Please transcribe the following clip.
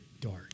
dark